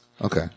Okay